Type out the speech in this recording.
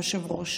היושב-ראש,